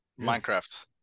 Minecraft